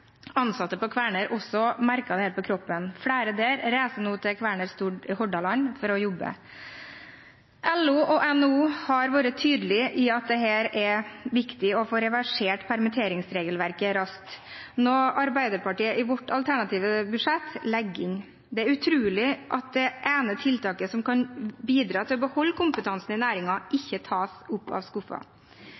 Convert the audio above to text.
ansatte på Kværner der også merker dette på kroppen. Flere reiser nå til Kværner Stord i Hordaland for å jobbe. LO og NHO har vært tydelige på at det er viktig å få reversert permitteringsregelverket raskt, noe Arbeiderpartiet i sitt alternative budsjett legger inn. Det er utrolig at det ene tiltaket som kan bidra til å beholde kompetansen i næringen, ikke tas opp av